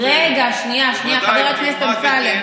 רגע, שנייה, שנייה, חבר הכנסת אמסלם.